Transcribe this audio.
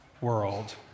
world